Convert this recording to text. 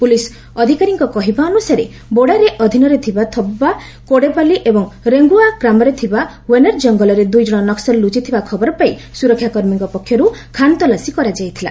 police ଅଧବକାରୀଙ୍କ କହିବା ଅନୁସାରେ ବୋଡାରେ ଅଧୀନରେ ଥବବା କୋଡେପାଲି ଏବଂ ରେଙ୍ଗ୍ୱୟା ଗ୍ରାମରେ ଥିବା ଓ୍ବେନାର୍ ଜଙ୍ଗଲରେ ଦୁଇ ଜଣ ନକୁଲ ଲ୍ରଚିଥିବା ଖବର ପାଇ ସ୍ୱରକ୍ଷାକର୍ମୀଙ୍କ ପକ୍ଷର୍ ଖାନତଲାସୀ କରାଯାଇଥିଲା